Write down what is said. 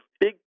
big